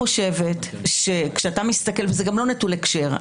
זה גם לא נטול הקשר,